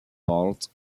part